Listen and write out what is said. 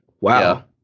Wow